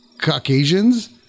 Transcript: Caucasians